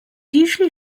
usually